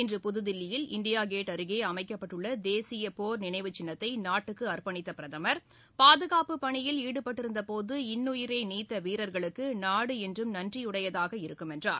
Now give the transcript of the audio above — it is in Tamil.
இன்று புதுதில்லியில் இந்தியா கேட் அருகே அமைக்கப்பட்டுள்ள தேசிய போர் நினைவுச் சின்னத்தை நாட்டுக்கு அர்ப்பணித்த பிரதமர் பாதுகாப்பு பணியில் ஈடுபட்டிருந்த போது இன்னுயிரை நீத்த வீரர்களுக்கு நாடு என்றும் நன்றி உடையதாக இருக்கும் என்றார்